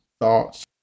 thoughts